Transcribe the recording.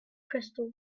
crystal